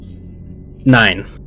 nine